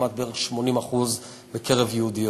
לעומת 80% בערך בקרב יהודיות.